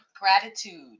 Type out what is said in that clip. Gratitude